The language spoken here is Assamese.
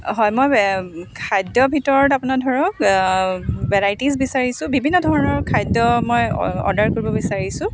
হয় মই খাদ্যৰ ভিতৰত আপোনাৰ ধৰক ভেৰাইটিজ বিচাৰিছোঁ বিভিন্ন ধৰণৰ খাদ্য মই অ অৰ্ডাৰ কৰিব বিচাৰিছোঁ